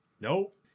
Nope